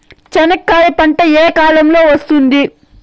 చెనక్కాయలు పంట ఏ కాలము లో వస్తుంది